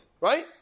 Right